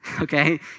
okay